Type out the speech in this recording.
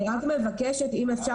אני רק מבקשת אם אפר,